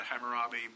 Hammurabi